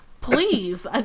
please